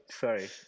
Sorry